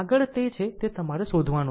આગળ તે છે તે તમારે શોધવાનું છે